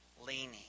leaning